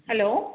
hello